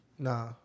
Nah